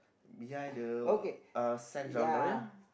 behind the uh